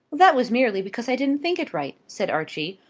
that was merely because i didn't think it right, said archie,